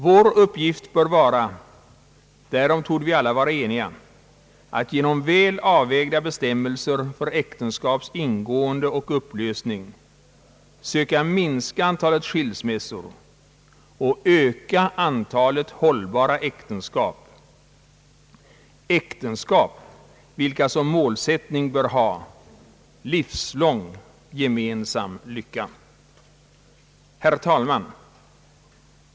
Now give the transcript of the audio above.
Vår uppgift bör vara — därom torde vi alla vara eniga — att genom väl avvägda bestämmelser för äktenskaps ingående och upplösning söka minska antalet skilsmässor och öka antalet hållbara äktenskap, äktenskap vilka som målsättning bör ha livslång gemensam lycka. Herr talman!